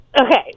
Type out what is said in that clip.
Okay